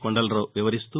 కొండలరావు వివరిస్తూ